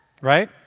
right